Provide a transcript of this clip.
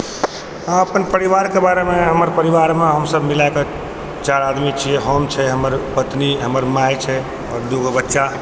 अहाँ अपन परिवारके बारेमे हमर परिवारमे हमसब मिलाकऽ चारि आदमी छिए हम छी हमर पत्नी हमर माइ छै आओर दू गो बच्चा